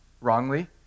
wrongly